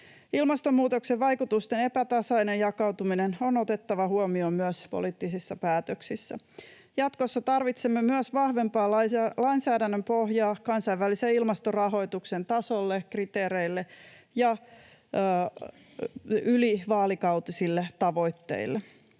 Ilmastonmuutoksen vaikutusten epätasainen jakautuminen on otettava huomioon myös poliittisissa päätöksissä. Jatkossa tarvitsemme myös vahvempaa lainsäädännön pohjaa kansainvälisen ilmastorahoituksen tasolle, kriteereille ja ylivaalikautisille tavoitteille.